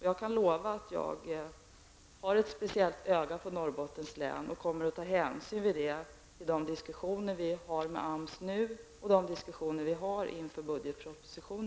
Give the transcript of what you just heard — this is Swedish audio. Jag kan lova att jag speciellt håller ett öga på Norrbottens län och kommer att ta hänsyn till det vid de diskussioner vi har med AMS nu och inför nästa års budgetproposition.